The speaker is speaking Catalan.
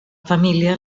família